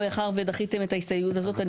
מאחר ודחיתם את ההסתייגות הזאת,